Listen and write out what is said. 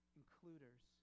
includers